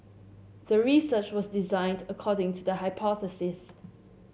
the research was designed according to the hypothesis